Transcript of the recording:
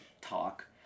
talk